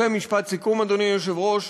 ומשפט סיכום, אדוני היושב-ראש,